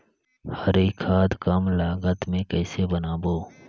हरी खाद कम लागत मे कइसे बनाबो?